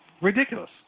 ridiculous